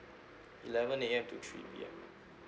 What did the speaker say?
eleven A_M to three P_M